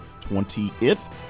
20th